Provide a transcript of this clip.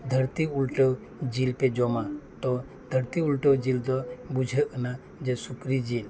ᱫᱷᱟᱹᱨᱛᱤ ᱩᱞᱴᱟᱹᱣ ᱡᱤᱞ ᱯᱮ ᱡᱚᱢᱟ ᱛᱚ ᱫᱷᱟᱹᱨᱛᱤ ᱩᱞᱴᱟᱹᱣ ᱡᱤᱞ ᱫᱚ ᱵᱩᱡᱷᱟᱹᱜ ᱠᱟᱱᱟ ᱡᱮ ᱥᱩᱠᱨᱤ ᱡᱤᱞ